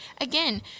Again